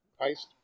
heist